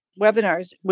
webinars